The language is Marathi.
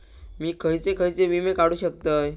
मी खयचे खयचे विमे काढू शकतय?